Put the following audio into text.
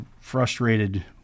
frustrated